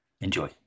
enjoy